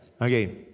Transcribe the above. Okay